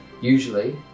Usually